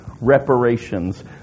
reparations